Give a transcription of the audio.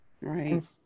Right